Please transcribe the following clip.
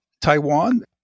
Taiwan